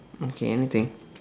okay anything